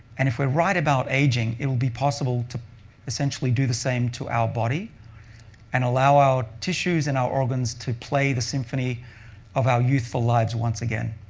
and if we're right about aging, it will be possible to essentially do the same to our body and allow our tissues and our organs to play the symphony of our youthful lives once again.